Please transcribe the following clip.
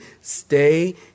stay